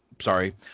sorry